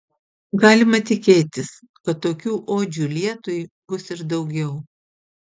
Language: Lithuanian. galima tikėtis kad tokių odžių lietui bus ir daugiau